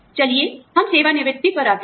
चलिए हम सेवानिवृत्ति पर आते हैं